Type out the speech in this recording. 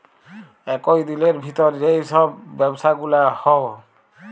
একই দিলের ভিতর যেই সব ব্যবসা গুলা হউ